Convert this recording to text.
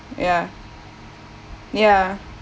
ya ya